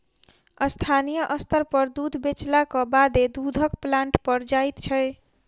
स्थानीय स्तर पर दूध बेचलाक बादे दूधक प्लांट पर जाइत छै